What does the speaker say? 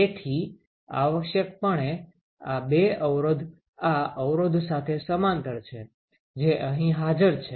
તેથી આવશ્યકપણે આ બે અવરોધ આ અવરોધ સાથે સમાંતર છે જે અહીં હાજર છે